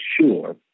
sure